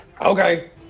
Okay